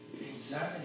anxiety